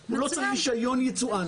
הוא לא צריך רישיון יצואן.